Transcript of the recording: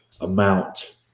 amount